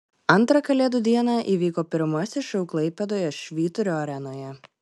antrą kalėdų dieną įvyko pirmasis šou klaipėdoje švyturio arenoje